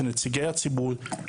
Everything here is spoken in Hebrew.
כנציגי הציבור,